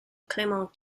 clement